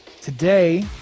Today